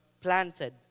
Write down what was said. planted